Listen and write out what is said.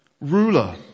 ruler